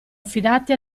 affidati